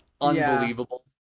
unbelievable